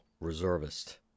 reservist